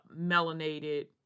melanated